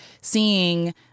Seeing